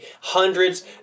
hundreds